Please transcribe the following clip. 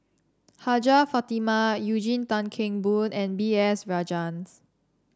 Hajjah Fatimah Eugene Tan Kheng Boon and B S Rajhans